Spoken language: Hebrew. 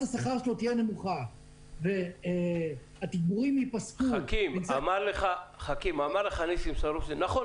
השכר שלו תהיה נמוכה והתגבורים ייפסקו -- אמר לך ניסים סרוסי - נכון,